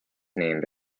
named